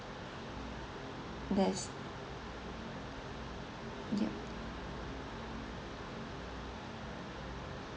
there's yup